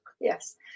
Yes